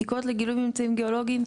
בדיקות לגילוי ממצאים גיאולוגיים,